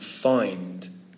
find